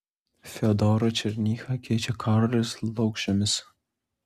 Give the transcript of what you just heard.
fiodorą černychą keičia karolis laukžemis